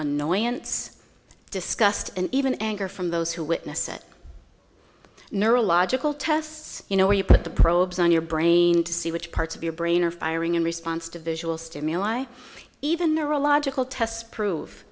annoyance discussed and even anger from those who witness it neurological tests you know where you put the probes on your brain to see which parts of your brain are firing in response to visual stimuli even neurological tests prove